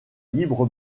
libre